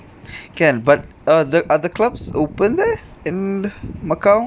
can but are the are the clubs opened there in macau